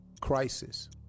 Crisis